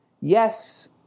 yes